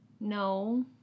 No